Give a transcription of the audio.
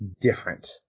different